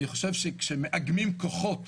אני חושב שכאשר מאגמים כוחות,